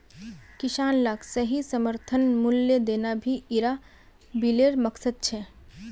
किसान लाक सही समर्थन मूल्य देना भी इरा बिलेर मकसद छे